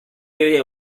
delle